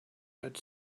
had